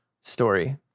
story